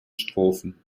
strophen